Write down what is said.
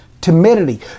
timidity